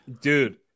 dude